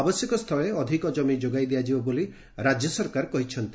ଆବଶ୍ୟକସ୍ଥଳେ ଅଧିକ ଜମି ଯୋଗାଇ ଦିଆଯିବ ବୋଲି ରାଜ୍ୟ ସରକାର କହିଛନ୍ତି